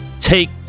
take